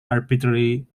arbitrarily